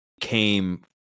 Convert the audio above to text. came